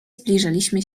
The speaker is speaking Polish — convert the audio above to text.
zbliżaliśmy